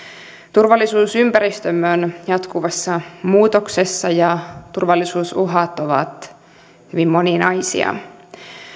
turvallisuusympäristömme on jatkuvassa muutoksessa ja turvallisuusuhat ovat hyvin moninaisia